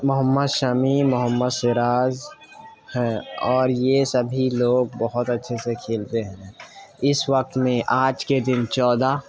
محمد شمیع محمد سراج ہے اور یہ سبھی لوگ بہت اچھے سے کھیلتے ہیں اِس وقت میں آج کے دِن چودہ